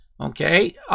okay